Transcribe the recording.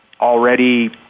already